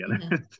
together